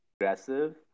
aggressive